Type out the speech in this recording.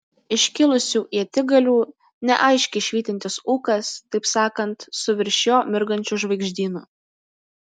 iškilusių ietigalių neaiškiai švytintis ūkas taip sakant su virš jo mirgančiu žvaigždynu